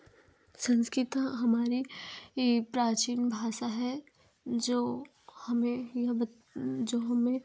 संस्कृत हमारी ही प्राचीन भाषा है जो हमें यह बत जो हमें